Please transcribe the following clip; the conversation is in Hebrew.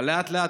אבל לאט-לאט,